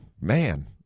man